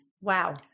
wow